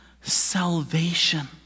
salvation